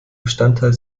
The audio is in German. bestandteil